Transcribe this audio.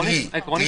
נכון.